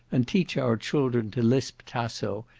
and teach our children to lisp tasso,